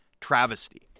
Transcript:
Travesty